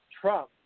Trump